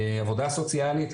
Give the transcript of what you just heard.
עבודה סוציאלית,